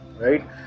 right